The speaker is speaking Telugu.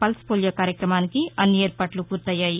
పల్స్ పోలియో కార్యక్రమానికి అన్ని ఏర్పాట్లు పూర్తయ్యాయి